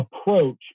approach